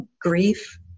grief